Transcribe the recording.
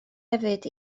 hefyd